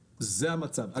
כן, זה המצב.